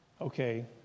okay